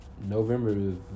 November